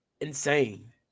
insane